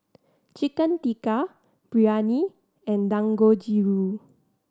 Chicken Tikka Biryani and Dangojiru